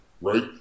right